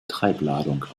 treibladung